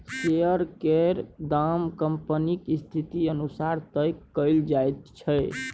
share केर दाम कंपनीक स्थिति अनुसार तय कएल जाइत छै